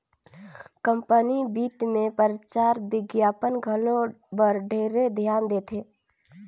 company बित मे परचार बिग्यापन घलो बर ढेरे धियान देथे